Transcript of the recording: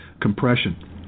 compression